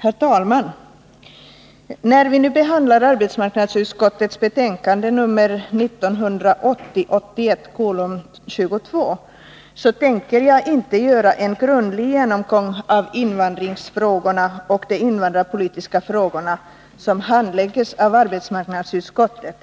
Herr talman! När vi nu behandlar arbetsmarknadsutskottets betänkande nr 1980/81:22 tänker jag inte göra en grundlig genomgång av invandringsfrågorna och de invandrarpolitiska frågor som handläggs av arbetsmarknadsutskottet.